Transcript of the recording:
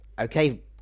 okay